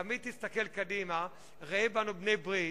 תמיד תסתכל קדימה, תראה בנו בעלי-ברית.